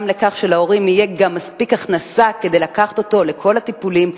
וגם לכך שלהורים תהיה מספיק הכנסה כדי לקחת אותו לכל הטיפולים.